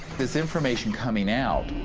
this information coming out.